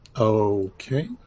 Okay